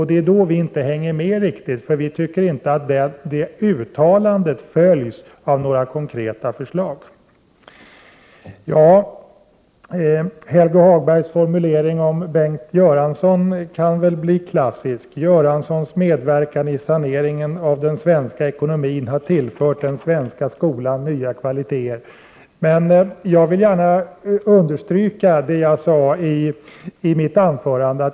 Det är då vi inte hänger med riktigt, för vi tycker inte att det uttalandet följs av några konkreta förslag. Helge Hagbergs formulering om Bengt Göransson kan bli klassisk: Bengt Göranssons medverkan i saneringen av den svenska ekonomin har tillfört den svenska skolan nya kvaliteter. Men jag vill gärna understryka det jag sade i mitt anförande.